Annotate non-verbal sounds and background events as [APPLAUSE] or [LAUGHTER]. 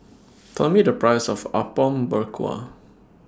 [NOISE] Tell Me The Price of Apom Berkuah